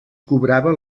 cobrava